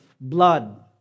blood